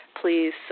Please